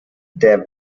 der